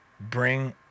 bring